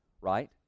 right